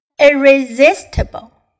irresistible